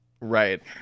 right